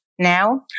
now